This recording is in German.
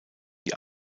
die